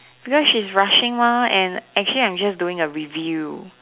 because she's rushing mah and actually I'm just doing a review